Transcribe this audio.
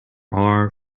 are